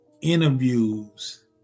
interviews